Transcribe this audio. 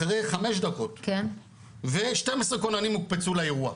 אחרי חמש דקות ו-12 כוננים הוקפצו לאירוע,